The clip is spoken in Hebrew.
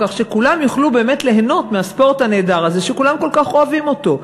כך שכולם יוכלו באמת ליהנות מהספורט הנהדר הזה שכולם כל כך אוהבים אותו.